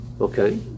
Okay